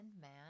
man